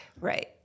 Right